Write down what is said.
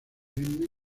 perennes